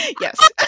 Yes